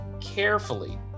carefully